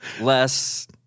less